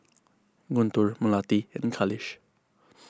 Guntur Melati and Khalish